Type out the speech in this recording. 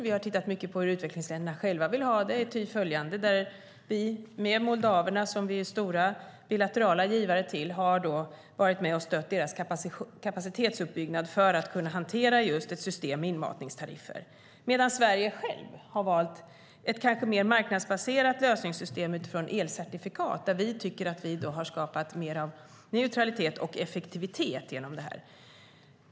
Vi har tittat mycket på hur utvecklingsländerna själva vill ha det. Vi är stora bilaterala givare till Moldavien, och vi har varit med och stött deras kapacitetsuppbyggnad för att kunna hantera just ett system med inmatningstariffer. Sverige självt har däremot valt ett kanske mer marknadsbaserat lösningssystem utifrån elcertifikat, där vi tycker att vi i dag har skapat mer av neutralitet och effektivitet.